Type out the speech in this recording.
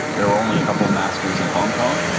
there were only a couple masters in hong kong.